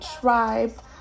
tribe